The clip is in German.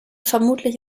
vermutlich